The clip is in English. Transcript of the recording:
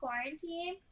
quarantine